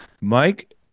Mike